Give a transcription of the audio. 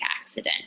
accident